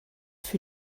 für